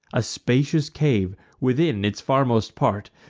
a spacious cave, within its farmost part,